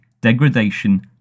degradation